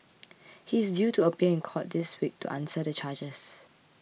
he is due to appear in court this week to answer the charges